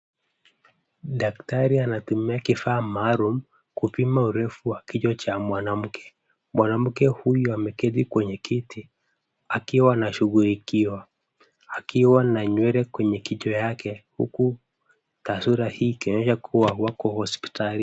Daktari anatumia kifaa maalum, kupima urefu wa kichwa cha mwanamke. Mwanamke huyu ameketi kwenye kiti, akiwa anashughulikiwa, akiwa na nywele kwenye kichwa yake, huku taswira hii ikionyesha kuwa wako hospitali.